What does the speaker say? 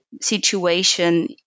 situation